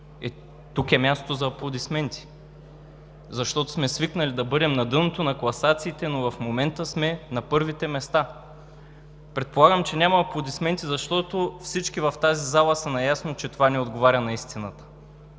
Е, тук е мястото за аплодисменти, защото сме свикнали да бъдем на дъното на класациите, но в момента сме на първите места. Предполагам, че няма аплодисменти, защото всички в тази зала са наясно, че това не отговаря на истината.